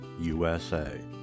USA